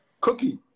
Cookie